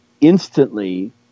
instantly